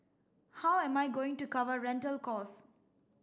how am I going to cover rental costs